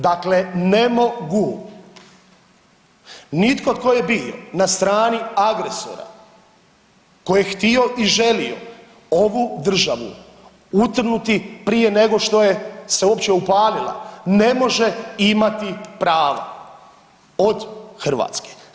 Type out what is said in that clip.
Dakle, ne mogu nitko tko je bio na strani agresora, tko je htio i želio ovu državu utrnuti prije nego što je se uopće upalila, ne može imati prava od Hrvatske.